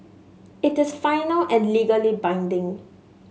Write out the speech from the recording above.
it is final and legally binding